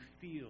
feel